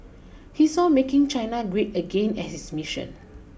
he saw making China great again as his mission